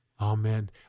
Amen